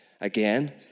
again